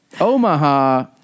Omaha